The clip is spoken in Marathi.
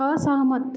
असहमत